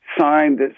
signed